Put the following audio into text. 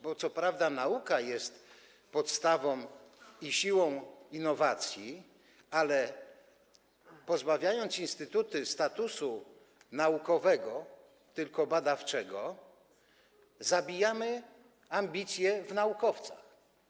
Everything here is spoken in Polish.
Bo co prawda nauka jest podstawą i siłą innowacji, ale pozbawiając instytuty statusu naukowego, zostawiając tylko badawczy, zabijamy ambicję w naukowcach.